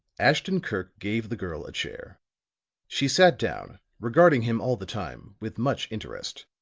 ashton-kirk gave the girl a chair she sat down, regarding him all the time with much interest.